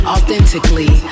Authentically